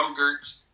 yogurts